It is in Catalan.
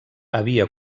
havia